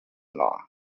law